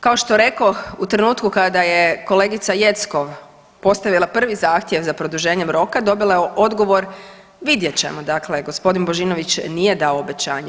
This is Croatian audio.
Kao što rekoh u trenutku kada je kolegica Jeckov postavila prvi zahtjev za produženjem roka, dobila je odgovor vidjet ćemo, dakle gospodin Božinović nije dao obećanje.